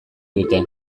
dute